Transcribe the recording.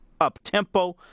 up-tempo